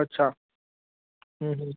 अच्छा हूं हूं